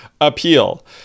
appeal